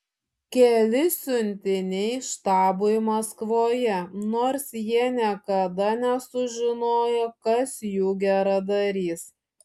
keli siuntiniai štabui maskvoje nors jie niekada nesužinojo kas jų geradarys